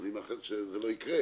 ואני מאחל שזה לא יקרה